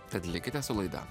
tad likite su laida